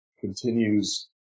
continues